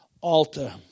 altar